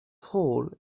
hall